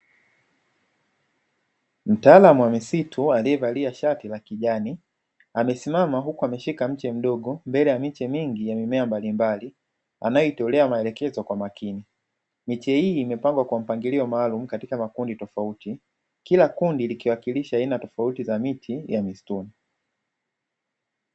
Mtaalamu wa misitu aliyevalia shati la kijani amesimama huku ameshika mche mdogo mbele ya miche mingi ya mimea mbalimbali anayeitolea maelekezo kwa makini. Miche hii imepangwa kwa mpangilio maalumu katika makundi tofauti, kila kundi likiwakilisha aina tofauti za miti ya msituni.